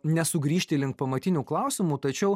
nesugrįžti link pamatinių klausimų tačiau